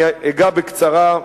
אגע בקצרה,